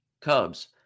Cubs